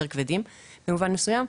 ויותר כבדים במובן מסוים.